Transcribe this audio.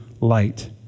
light